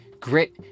grit